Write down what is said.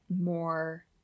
more